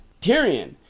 Tyrion